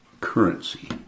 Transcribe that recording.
currency